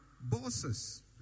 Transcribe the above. bosses